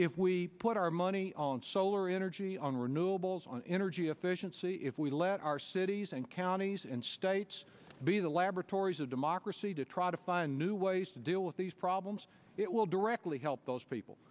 if we put our money on solar energy on renewables on energy efficiency if we let our cities and counties and states be the laboratories of democracy to try to find new ways to deal with these problems it will directly help those people